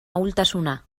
ahultasuna